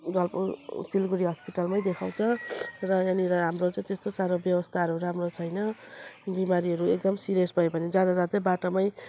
जलको सिलिगुडी हस्पिटलमै देखाउँछ र यहाँनिर हाम्रो चाहिँ त्यस्तो साह्रो व्यवस्थाहरू राम्रो छैन बिमारीहरू एकदम सिरियस भयो भने जाँदा जाँदै बाटोमै